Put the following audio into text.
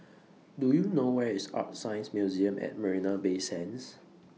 Do YOU know Where IS ArtScience Museum At Marina Bay Sands